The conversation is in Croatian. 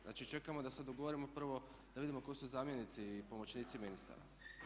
Znači, čekamo da se dogovorimo prvo da vidimo tko su zamjenici i pomoćnici ministara.